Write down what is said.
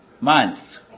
months